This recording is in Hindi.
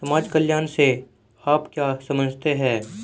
समाज कल्याण से आप क्या समझते हैं?